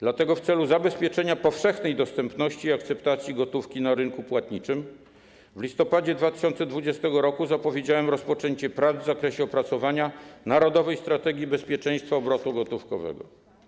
Dlatego w celu zabezpieczenia powszechnej dostępności i akceptacji gotówki na rynku płatniczym w listopadzie 2020 r. zapowiedziałem rozpoczęcie prac w zakresie opracowania „Narodowej strategii bezpieczeństwa obrotu gotówkowego”